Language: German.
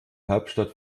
hauptstadt